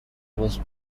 was